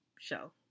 show